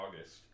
august